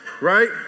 right